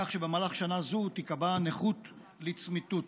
כך שבמהלך שנה זו תיקבע נכות לצמיתות.